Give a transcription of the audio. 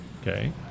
Okay